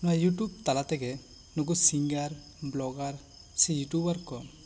ᱱᱚᱣᱟ ᱭᱩᱴᱩᱵᱽ ᱛᱟᱞᱟ ᱛᱮᱜᱮ ᱱᱩᱠᱩ ᱥᱤᱝᱜᱟᱹᱨ ᱵᱚᱞᱚᱜᱟᱨ ᱥᱮ ᱭᱩᱴᱩᱵᱟᱨ ᱠᱚ